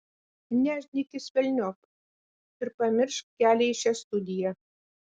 nešdinkis velniop ir pamiršk kelią į šią studiją